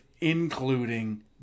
including